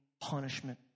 punishment